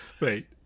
Right